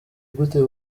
gute